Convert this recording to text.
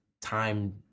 time